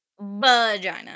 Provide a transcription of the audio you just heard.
Vagina